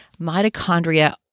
mitochondria